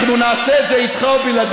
אנחנו נעשה את זה איתך או בלעדיך,